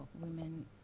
women